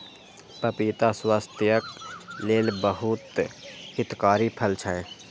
पपीता स्वास्थ्यक लेल बहुत हितकारी फल छै